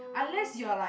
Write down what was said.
unless you are like